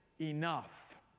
enough